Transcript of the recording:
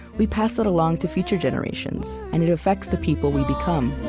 we pass that along to future generations, and it affects the people we become